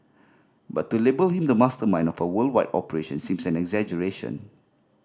but to label him the mastermind of a worldwide operation seems an exaggeration